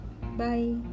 bye